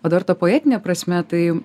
o dabar ta poetine prasme tai